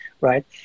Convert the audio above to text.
Right